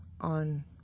on